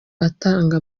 atanga